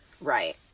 Right